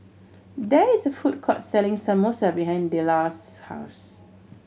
there is a food court selling Samosa behind Delos' house